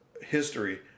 history